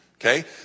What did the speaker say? okay